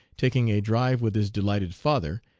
taking a drive with his delighted father,